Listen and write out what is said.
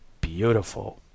beautiful